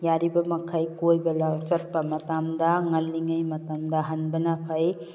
ꯌꯥꯔꯤꯕ ꯃꯈꯩ ꯀꯣꯏꯕ ꯆꯠꯄ ꯃꯇꯝꯗ ꯉꯜꯂꯤꯉꯩ ꯃꯇꯝꯗ ꯍꯟꯕꯅ ꯐꯩ